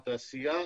התעשייה,